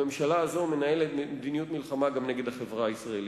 הממשלה הזו מנהלת מדיניות מלחמה גם נגד החברה הישראלית.